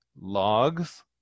logs